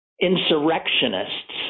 insurrectionists